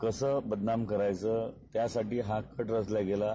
कसं बदनाम करायचं त्यासाठी हा कट रचला गेला आहे